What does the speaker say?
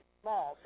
small